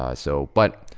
um so. but,